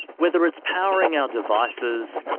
whether it's powering our devices,